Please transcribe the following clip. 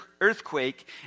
earthquake